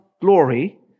glory